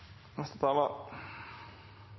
neste